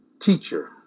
teacher